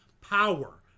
power